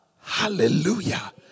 Hallelujah